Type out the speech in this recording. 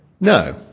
No